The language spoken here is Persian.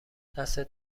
دستت